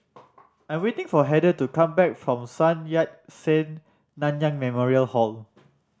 I'm waiting for Heather to come back from Sun Yat Sen Nanyang Memorial Hall